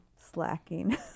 slacking